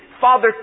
Father